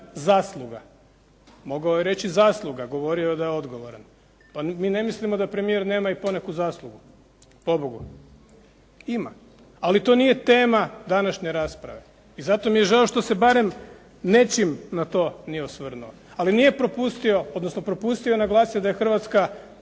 zasluga. Mogao je reći zasluga, govorio je da je odgovoran. Pa mi ne mislimo da premijer nema i poneku zaslugu pobogu. Ima, ali to nije tema današnje rasprave i zato mi je žao što se barem nečim na to nije osvrnuo. Ali nije propustio, odnosno propustio je naglasiti da je Hrvatska